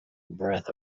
breath